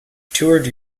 toured